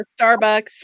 Starbucks